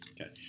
Okay